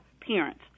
parents